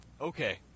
Okay